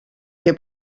que